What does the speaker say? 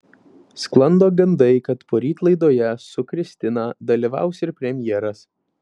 sklando gandai kad poryt laidoje su kristina dalyvaus ir premjeras